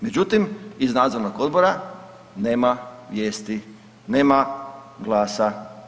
Međutim iz nadzornog odbora nema vijesti, nema glasa.